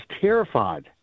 terrified